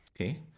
okay